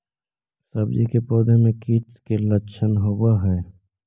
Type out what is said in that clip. सब्जी के पौधो मे कीट के लच्छन होबहय?